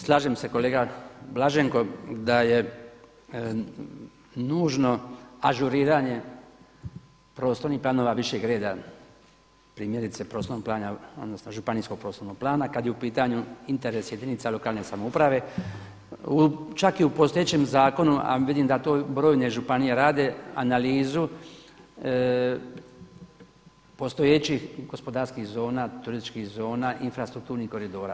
Slažem se kolega Blaženko da je nužno ažuriranje prostornih planove višeg reda, primjerice prostornog plana odnosno županijskog prostornog plana kada je u pitanju interes jedinica lokalne samouprave, čak i u postojećem zakonu, a vidim da to brojne županije rade, analizu postojećih gospodarskih zona, turističkih zona infrastrukturnih koridora.